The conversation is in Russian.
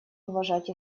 уважать